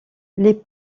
les